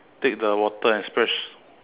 take the water and splash